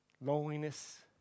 loneliness